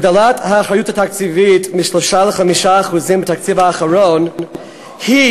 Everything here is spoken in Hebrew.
הגדלת האחריות התקציבית מ-3% ל-5% בתקציב האחרון היא